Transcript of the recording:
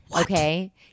Okay